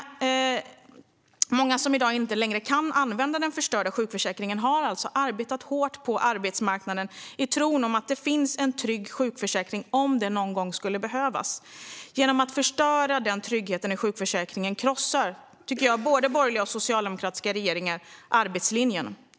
Många som i dag inte längre kan använda den förstörda sjukförsäkringen har alltså arbetat hårt på arbetsmarknaden i tron att det finns en trygg sjukförsäkring om det någon gång skulle behövas. Genom att förstöra denna trygghet i sjukförsäkringen tycker jag att både borgerliga och socialdemokratiska regeringar krossar arbetslinjen.